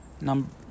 Number